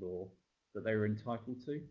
law that they were entitled to.